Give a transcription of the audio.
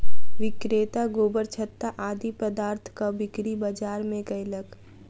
विक्रेता गोबरछत्ता आदि पदार्थक बिक्री बाजार मे कयलक